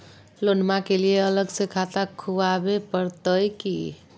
लोनमा के लिए अलग से खाता खुवाबे प्रतय की?